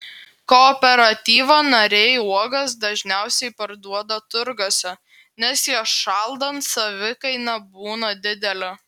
kooperatyvo nariai uogas dažniausiai parduoda turguose nes jas šaldant savikaina būna didelė